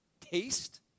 Taste